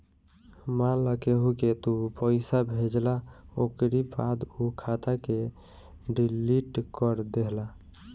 मान लअ केहू के तू पईसा भेजला ओकरी बाद उ खाता के डिलीट कर देहला